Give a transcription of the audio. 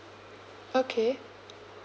okay